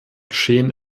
geschehen